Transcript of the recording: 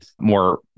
more